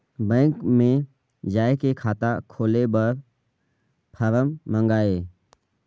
Bank मे जाय के खाता खोले बर फारम मंगाय?